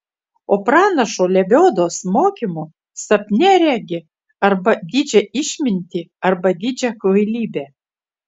o pranašo lebiodos mokymu sapne regi arba didžią išmintį arba didžią kvailybę